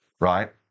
Right